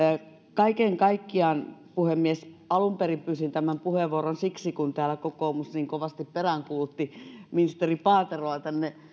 kaiken kaikkiaan puhemies alun perin pyysin tämän puheenvuoron siksi että kokoomus täällä niin kovasti peräänkuulutti ministeri paateroa tänne